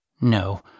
No